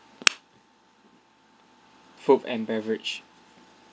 food and beverage